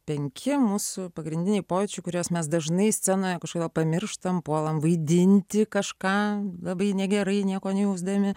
penki mūsų pagrindiniai pojūčiai kuriuos mes dažnai scenoje kažkodėl pamirštam puolam vaidinti kažką labai negerai nieko nejausdami